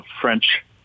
French